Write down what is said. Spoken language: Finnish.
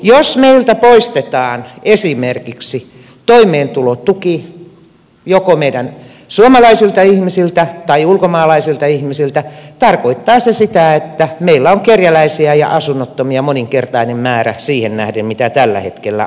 jos meiltä poistetaan esimerkiksi toimeentulotuki joko meidän suomalaisilta ihmisiltä tai ulkomaalaisilta ihmisiltä tarkoittaa se sitä että meillä on kerjäläisiä ja asunnottomia moninkertainen määrä siihen nähden mitä tällä hetkellä on